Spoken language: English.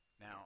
Now